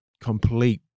complete